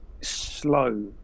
slow